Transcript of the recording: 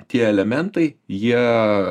tie elementai jie